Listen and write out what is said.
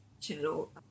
channel